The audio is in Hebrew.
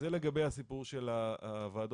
זה לגבי הסיפור של הוועדות.